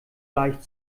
leicht